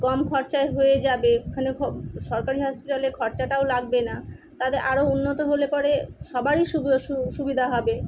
কম খরচায় হয়ে যাবে ওখানে খ সরকারি হসপিটালে খরচাটাও লাগবে না তাতে আরও উন্নত হলে পরে সবারই সুবিধা হবে